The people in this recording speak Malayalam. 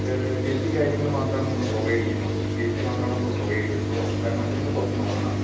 ജേഴ്സി കാര്യങ്ങൾ മാത്രമാണ് നമ്മൾ പ്രൊവൈഡ് ചെയ്യുന്നുള്ളു ജേഴ്സി മാത്രമേ നമ്മൾ പ്രൊവൈഡ് ചെയ്യത്തൊള്ളു ബാക്കി സാധനങ്ങളൊക്കെ പുറത്ത്ന്ന് വാങ്ങണം